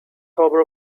harbor